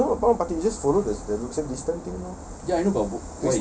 because he has to no normal party just follow the safe distance thing lor